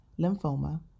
lymphoma